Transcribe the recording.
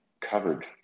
covered